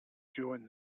join